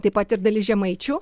taip pat ir dalis žemaičių